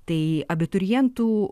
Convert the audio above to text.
tai abiturientų